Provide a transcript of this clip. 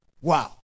Wow